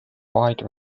wide